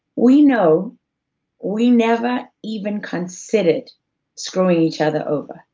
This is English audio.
we know we never even considered screwing each other over.